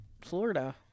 Florida